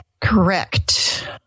Correct